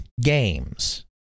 games